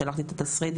שלחתי את התסריט,